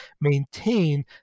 maintain